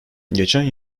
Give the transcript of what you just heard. geçen